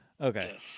Okay